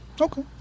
Okay